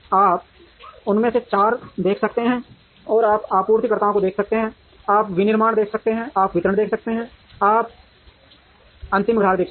आप उनमें से चार देख सकते हैं आप आपूर्तिकर्ताओं को देख सकते हैं आप विनिर्माण देख सकते हैं आप वितरण देख सकते हैं और आप अंतिम ग्राहक देख सकते हैं